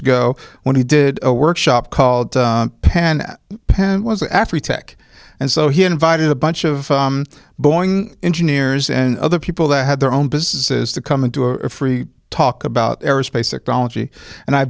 ago when he did a workshop called penn penn was after tech and so he invited a bunch of boeing engineers and other people that had their own businesses to come into a free talk about aerospace ecology and i